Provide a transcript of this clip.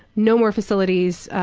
no more facilities,